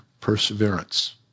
perseverance